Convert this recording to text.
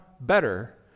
better